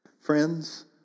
Friends